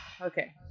Okay